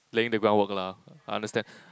laying the ground work lah I understand